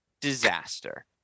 disaster